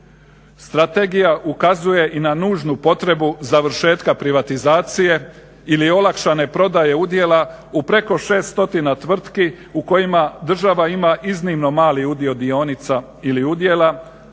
Strategija ukazuje i na nužnu potrebu završetka privatizacije ili olakšane prodaje udjela u preko 600 tvrtki u kojima država ima iznimno mali udio dionica ili udjela,